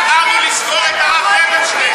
אמרנו לסגור את הרב לוינשטיין.